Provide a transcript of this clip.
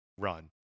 run